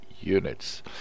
units